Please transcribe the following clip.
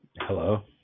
Hello